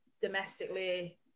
domestically